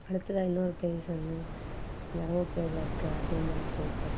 அடுத்ததாக இன்னொரு பிளேஸ் வந்து தருமபுரியில் இருக்க அதியமான் கோட்டை